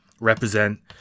represent